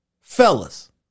Fellas